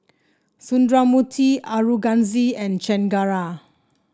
Sundramoorthy Aurangzeb and Chengara